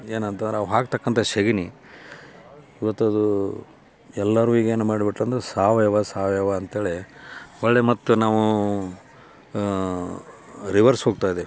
ಏನಂತಂದ್ರೆ ಅವು ಹಾಕತಕ್ಕಂಥ ಸಗಣಿ ಇವತ್ತು ಅದು ಎಲ್ಲರೂ ಈಗೇನು ಮಾಡ್ಬಿಟ್ರಂದ್ರೆ ಸಾವಯವ ಸಾವಯವ ಅಂತೇಳಿ ಒಳ್ಳೆಯ ಮತ್ತು ನಾವು ರಿವರ್ಸ್ ಹೋಗ್ತಾ ಇದೀವಿ